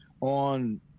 on